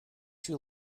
you